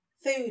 Food